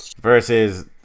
versus